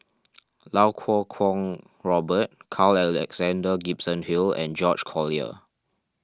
Iau Kuo Kwong Robert Carl Alexander Gibson Hill and George Collyer